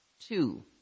Two